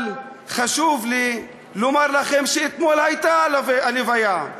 אבל חשוב לי לומר לכם שאתמול הייתה ההלוויה,